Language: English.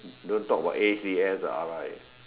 don't talk about A_C_S or R_I